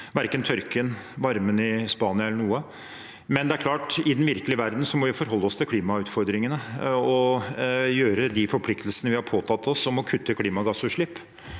verken tørken, varmen i Spania eller noe annet. Men det er klart at i den virkelige verden må vi forholde oss til klimautfordringene og følge opp de forpliktelsene vi har påtatt oss om å kutte klimagassutslipp.